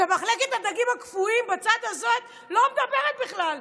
ומחלקת הדגים הקפואים בצד הזה לא מדברת בכלל,